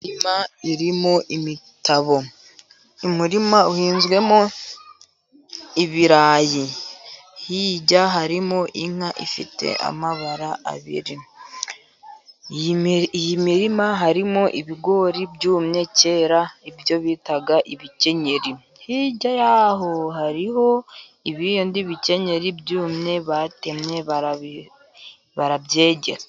Imirima irimo imitabo, umurima uhinzwemo ibirayi, hirya harimo inka ifite amabara abiri, iyi mirima harimo ibigori byumye kera ibyo bita ibikenyeri, hirya y'aho hariho ibindi bikenyeri byumye batemye barabyegeka.